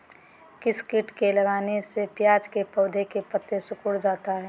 किस किट के लगने से प्याज के पौधे के पत्ते सिकुड़ जाता है?